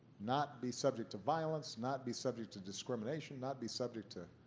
not be subject to violence, not be subject to discrimination, not be subject to